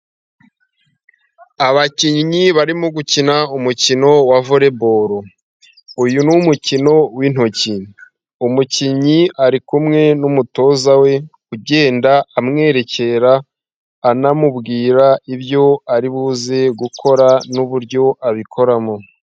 Abakinnyi barimo gukina umukino wa voleboro uyu ni umukino w'intoki. Umukinnyi ari kumwe n'umutoza we ugenda amwerekera anamubwira ibyo ari buze gukora n'uburyo abikoramo.